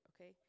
Okay